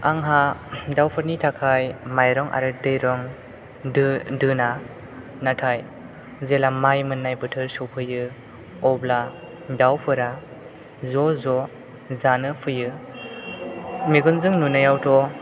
आंहा दाउफोरनि थाखाय माइरं आरो दैरं दोना नाथाय जेब्ला माइ मोननाय बोथोर सफैयो अब्ला दाउफोरा ज' ज' जानो फैयो मेगनजों नुनायावथ'